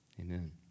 Amen